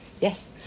Yes